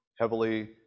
heavily